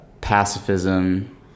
pacifism